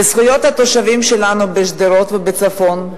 בזכויות התושבים שלנו בשדרות ובצפון,